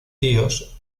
tíos